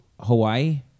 Hawaii